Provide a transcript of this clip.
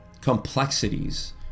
complexities